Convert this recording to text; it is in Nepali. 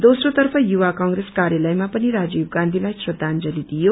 दोम्रो तर्फ युवा कांप्रेस कार्यालयमा पनि राजीव गान्धीलाई श्रदाजंली दिइयो